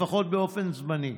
לפחות באופן זמני.